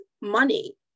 money